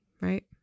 right